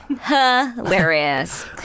hilarious